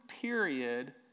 period